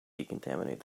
decontaminate